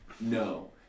No